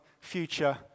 future